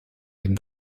dem